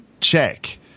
check